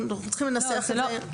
אנחנו צריכים לנסח את זה.